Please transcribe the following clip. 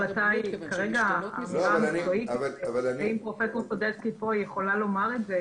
אם פרופסור סדצקי פה, היא יכולה לומר את זה